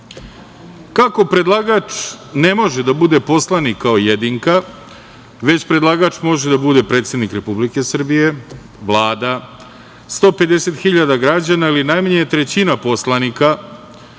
Kako predlagač ne može da bude poslanik, kao jedinka, već predlagač može da bude predsednik Republike Srbije, Vlada, 150 hiljada građana ili najmanje trećina poslanika,